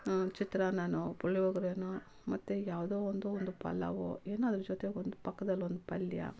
ಚಿತ್ರಾನ್ನ ಪುಳಿಯೋಗ್ರೆ ಮತ್ತು ಯಾವುದೋ ಒಂದು ಒಂದು ಪಲಾವೋ ಏನೋ ಅದರ ಜೊತೆಗೊಂದು ಪಕ್ದಲ್ಲಿ ಒಂದು ಪಲ್ಯ